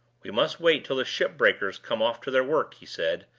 we must wait till the ship-breakers come off to their work, he said,